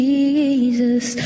Jesus